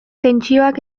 tentsioak